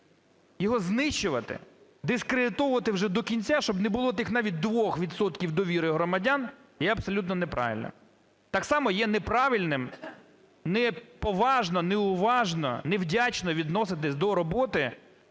його знищувати, дискридитовувати вже до кінця, щоб не було тих навіть двох відсотків довіри громадян, є абсолютно неправильно. Так само є неправильним неповажно, неуважно, невдячно відноситись до роботи